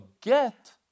get